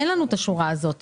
אין לנו את השורה הזאת.